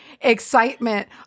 excitement